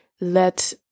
let